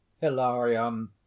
hilarion